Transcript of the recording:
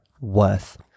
worth